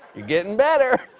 getting better.